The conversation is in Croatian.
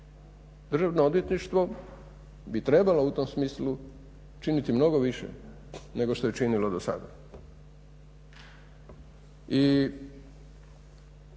Državno odvjetništvo bi trebalo u tom smislu činiti mnogo više nego što je činilo do sada.